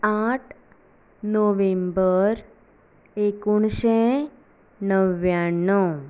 आठ नोव्हेंबर एकोणशें णव्याण्णव